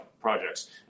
projects